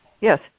Yes